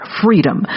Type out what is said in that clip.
freedom